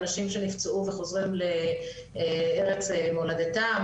אנשים שנפצעו וחוזרים לארץ מולדתם,